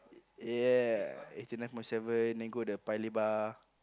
ya eighty nine point seven then go the Paya-Lebar